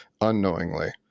unknowingly